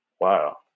Wow